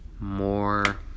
more